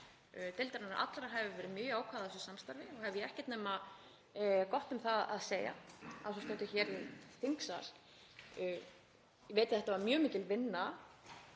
deildarinnar allrar hefur verið mjög jákvæð af þessu samstarfi og hef ég ekkert nema gott um það að segja að svo stöddu hér í þingsal. Ég veit að þetta var mjög mikil vinna.